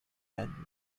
and